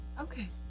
Okay